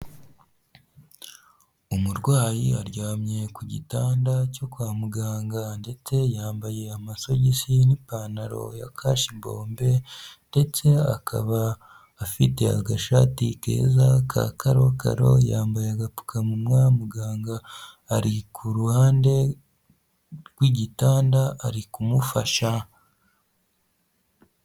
Umurwayi aryamye ku gitanda cyo kwa muganga ndetse yambaye amasogisi ye n'ipantaro ya kashibombe, ndetse akaba afite agashati keza ka karokaro yambaye agapfukanwa muganga ari kuhande rw'igitanda ari kumufasha.